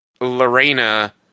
Lorena